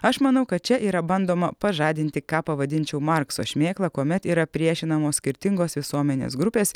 aš manau kad čia yra bandoma pažadinti ką pavadinčiau markso šmėkla kuomet yra priešinamos skirtingos visuomenės grupės